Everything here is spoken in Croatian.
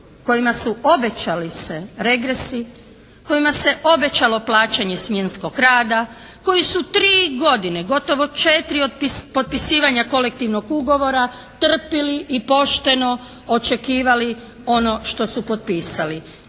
kojima su obećali se regresi, kojima se obećalo plaćanje smjenskog rada, koji su tri godine gotovo četiri od potpisivanja kolektivnog ugovora trpili i pošteno očekivali ono što su potpisali.